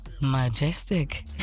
majestic